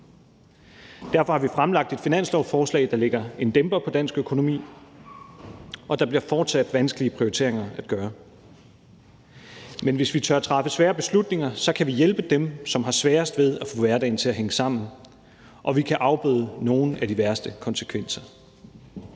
Derfor har vi fremsat et finanslovsforslag, der lægger en dæmper på dansk økonomi, og der bliver fortsat vanskelige prioriteringer at foretage. Men hvis vi tør træffe svære beslutninger, kan vi hjælpe dem, som har sværest ved at få hverdagen til at hænge sammen, og vi kan afbøde nogle af de værste konsekvenser.